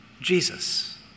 Jesus